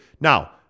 Now